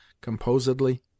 composedly